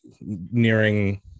nearing